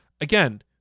again